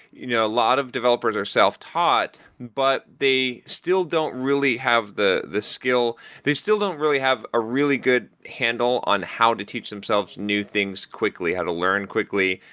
you know a lot of developers are self-taught, but they still don't really have the the skill they still don't really have a really good handle on how to teach themselves new things quickly, how to learn quickly,